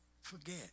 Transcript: forget